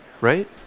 Right